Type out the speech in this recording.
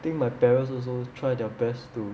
I think my parents also try their best to